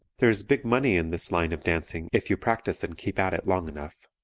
there is big money in this line of dancing if you practice and keep at it long enough.